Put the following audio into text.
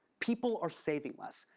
people are saving less,